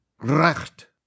recht